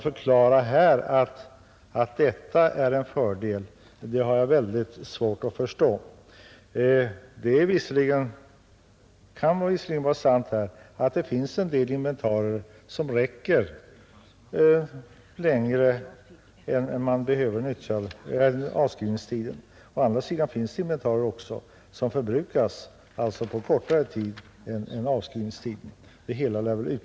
Mot den bakgrunden har jag mycket svårt att förstå att man kan förklara att avskrivningsrätten är en fördel. Det är visserligen sant att en del inventarier räcker längre än avskrivningstiden, men å andra sidan finns det inventarier som förbrukas på kortare tid än avskrivningstiden.